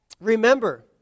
Remember